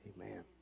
Amen